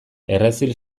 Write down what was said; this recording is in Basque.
errezil